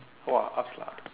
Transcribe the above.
!wah! upz lah